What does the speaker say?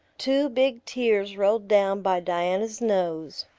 two big tears rolled down by diana's nose.